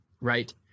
right